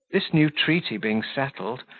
this new treaty being settled,